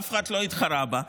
אף אחד לא התחרה בה,